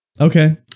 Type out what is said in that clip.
Okay